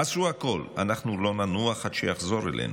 עשו הכול, אנחנו לא ננוח עד שיחזור אלינו,